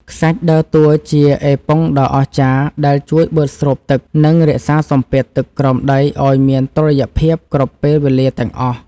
ខ្សាច់ដើរតួជាអេប៉ុងដ៏អស្ចារ្យដែលជួយបឺតស្រូបទឹក និង រក្សាសម្ពាធទឹកក្រោមដីឱ្យមានតុល្យភាពគ្រប់ពេលវេលាទាំងអស់។